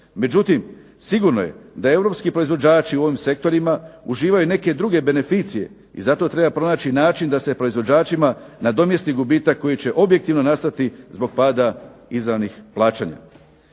Međutim, sigurno je da europski proizvođači u ovim sektorima uživaju neke druge beneficije i zato treba pronaći način da se proizvođačima nadomjesti gubitak koji će objektivno nastati zbog pada izravnih plaćanja.